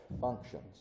functions